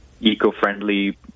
eco-friendly